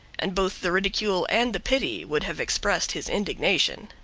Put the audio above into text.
and both the ridicule and the pity would have expressed his indignation.